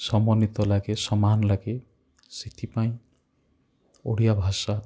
ସମନ୍ଵିତ ଲାଗେ ସମାନ ଲାଗେ ସେଥିପାଇଁ ଓଡ଼ିଆ ଭାଷା